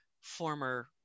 former